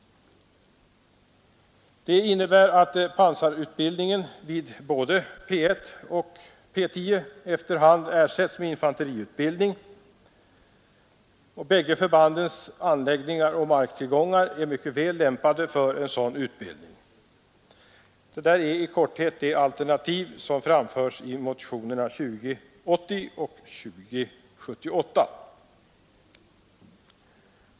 Det innebär att pansarutbildningen vid både P 10 och P1 efter hand ersätts med infanteriutbildning. Bägge förbandens anläggningar och marktillgångar är mycket väl lämpade för sådan utbildning. Detta är i korthet det alternativ som framförts i motionerna 2080 och 2078.